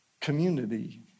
community